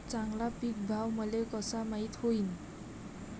चांगला पीक भाव मले कसा माइत होईन?